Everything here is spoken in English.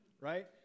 right